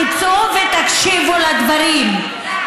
תצאו ותקשיבו לדברים.